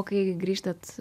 o kai grįžtat